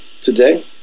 today